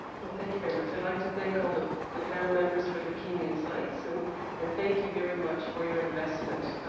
well, thank you very much. i'd like to thank all the, the panel members for their keen insights. and and thank you very much for your investment,